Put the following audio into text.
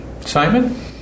Simon